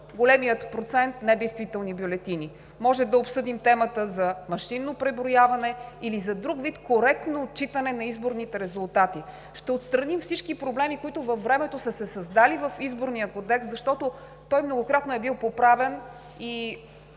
големият процент недействителни бюлетини. Може да обсъдим темата за машинно преброяване или за друг вид коректно отчитане на изборните резултати. Ще отстраним всички проблеми, които във времето са се създали в Изборния кодекс, защото той многократно е бил поправян и